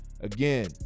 Again